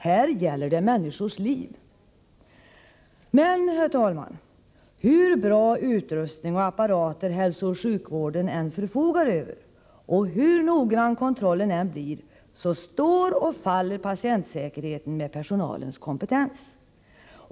Här gäller det människors liv! Men, herr talman, hur bra utrustning och apparater hälsooch sjukvården än förfogar över och hur noggrann kontrollen än blir, står och faller patientsäkerheten med personalens kompetens.